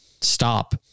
stop